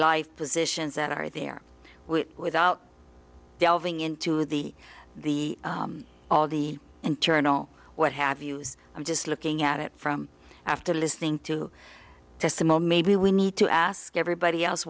life positions that are there which without delving into the the all the internal what have use i'm just looking at it from after listening to testimony maybe we need to ask everybody else